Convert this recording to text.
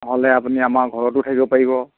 নহ'লে আপুনি আমাৰ ঘৰতো থাকিব পাৰিব